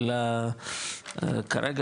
אבל כרגע,